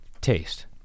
taste